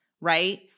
right